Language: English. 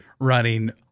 running